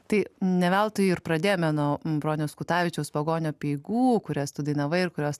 tai ne veltui ir pradėjome nuo broniaus kutavičiaus pagonių apeigų kurias tu dainavai ir kurios